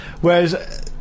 Whereas